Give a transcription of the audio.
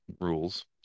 rules